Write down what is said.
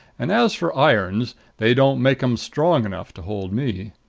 and as for irons they don't make em strong enough to hold me.